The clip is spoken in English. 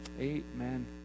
Amen